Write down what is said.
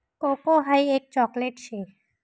cocoa हाई एक chocolate शे